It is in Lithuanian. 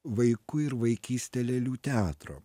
vaiku ir vaikyste lėlių teatro